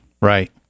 Right